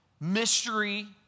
mystery